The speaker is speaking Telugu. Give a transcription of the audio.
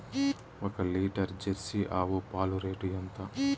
ఒక లీటర్ జెర్సీ ఆవు పాలు రేటు ఎంత?